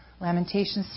Lamentations